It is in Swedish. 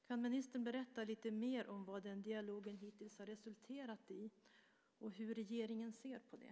Kan ministern berätta lite mer om vad den dialogen hittills har resulterat i och hur regeringen ser på det?